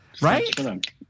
Right